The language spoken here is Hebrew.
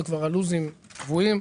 וכבר הלו"זים קבועים.